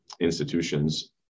institutions